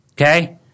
Okay